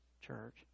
church